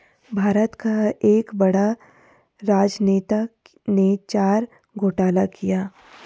भारत का एक बड़ा राजनेता ने चारा घोटाला किया